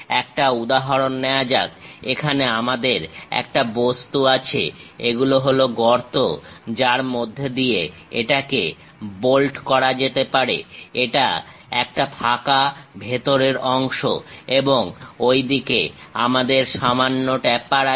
একটা উদাহরণ নেওয়া যাক এখানে আমাদের একটা বস্তু আছে এগুলো হলো গর্ত যার মধ্যে দিয়ে এটাকে বোল্ট করা যেতে পারে এবং এটা একটা ফাঁকা ভেতরের অংশ এবং ঐদিকে আমাদের সামান্য ট্যাপার আছে